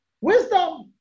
wisdom